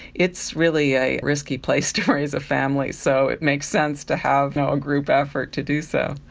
it's really a risky place to raise a family. so it makes sense to have a group effort to do so.